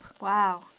Wow